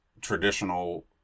Traditional